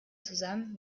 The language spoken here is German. zusammen